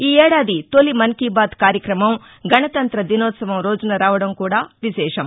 ఈ ఏడాది తొలి మన్ కీ బాత్ కార్యక్రమం గణతంఁత దినోత్సవం రోజున రావడం కూడా విశేషం